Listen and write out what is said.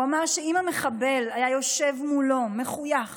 הוא אמר שאם המחבל היה יושב מולו מחויך